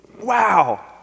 Wow